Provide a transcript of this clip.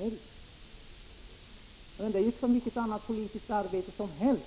91 Det är som i vilket annat politiskt arbete som helst.